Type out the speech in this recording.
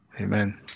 Amen